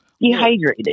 dehydrated